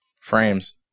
Frames